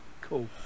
cool